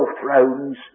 thrones